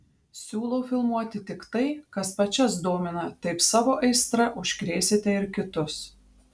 siūlau filmuoti tik tai kas pačias domina taip savo aistra užkrėsite ir kitus